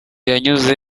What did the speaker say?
yanyuze